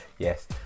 Yes